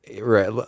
Right